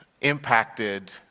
impacted